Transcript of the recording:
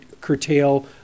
curtail